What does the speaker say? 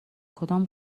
کدام